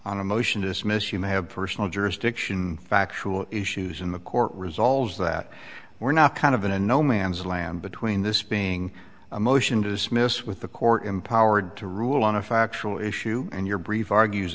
a motion to dismiss you may have personal jurisdiction factual issues in the court resolves that we're not kind of in a no man's land between this being a motion to dismiss with the court empowered to rule on a factual issue and your brief argues